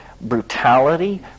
brutality